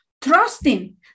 trusting